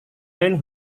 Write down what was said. lain